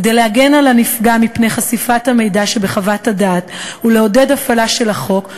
כדי להגן על הנפגע מפני חשיפת המידע שבחוות הדעת ולעודד הפעלה של החוק,